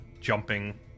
jumping